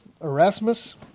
Erasmus